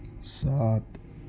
سات